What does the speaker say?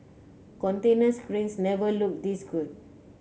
container cranes never looked this good